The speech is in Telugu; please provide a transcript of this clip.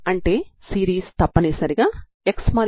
ఇది నాకు Bn42n1πc0Lgcos 2n1πx2L dx ని ఇస్తుంది